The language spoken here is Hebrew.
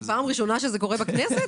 זה פעם ראשונה שזה קורה בכנסת?